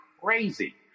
crazy